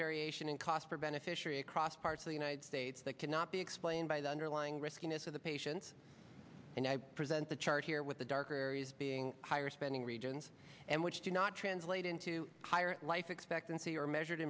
variation in cost per beneficiary across parts of the united states that cannot be explained by the underlying riskiness of the patient and i present the chart here with the darker areas being higher spending regions and which do not translate into higher life expectancy are measured